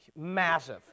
massive